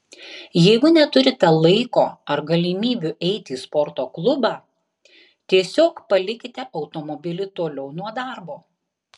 jeigu neturite laiko ar galimybių eiti į sporto klubą tiesiog palikite automobilį toliau nuo darbo